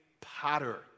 potter